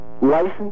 License